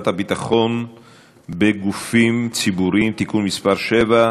הביטחון בגופים ציבוריים (תיקון מס' 7)